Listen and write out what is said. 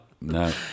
No